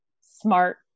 smart